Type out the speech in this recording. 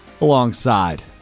alongside